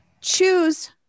choose